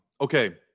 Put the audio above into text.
Okay